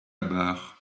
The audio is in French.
barre